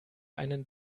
einen